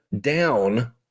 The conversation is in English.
down